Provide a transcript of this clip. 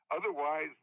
Otherwise